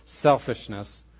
selfishness